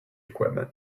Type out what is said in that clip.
equipment